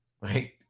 right